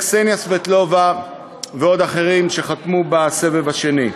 קסניה סבטלובה ועוד אחרים שחתמו בסבב השני.